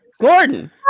Gordon